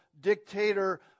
dictator